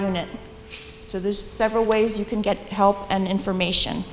knit so there's several ways you can get help and information